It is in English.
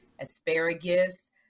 asparagus